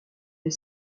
des